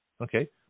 Okay